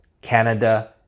canada